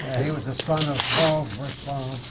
he was the son of carl brisson,